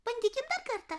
bandykim dar kartą